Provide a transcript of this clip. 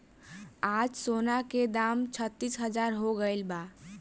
आज सोना के दाम छत्तीस हजार हो गइल बा